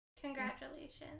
Congratulations